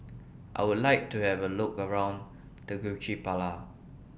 I Would like to Have A Look around Tegucigalpa